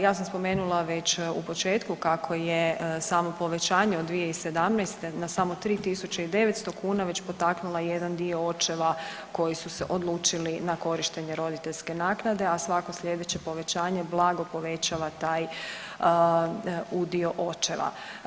Ja sam spomenula već u početku kako je samo povećanje od 2017. na samo 3.900 kuna već potaknula jedan dio očeva koji su se odlučili na korištenje roditeljske naknade, a svako slijedeće povećanje blago povećava taj udio očeva.